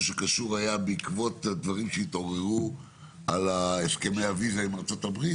שקשור בעקבות הדברים שהתעוררו על הסכמי הוויזה עם ארה"ב,